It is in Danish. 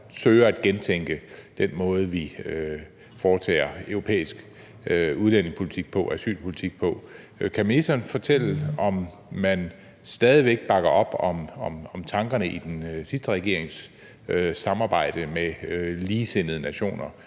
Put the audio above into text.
også søger at gentænke den måde, vi foretager europæisk asylpolitik på. Kan ministeren fortælle, om man stadig væk bakker op om tankerne i den sidste regerings samarbejde med ligesindede nationer